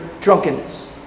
drunkenness